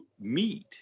meet